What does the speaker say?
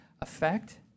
effect